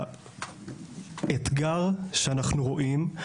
האתגר שאנחנו רואים,